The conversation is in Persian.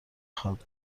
خواد